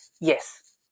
yes